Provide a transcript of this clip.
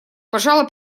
пожала